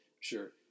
sure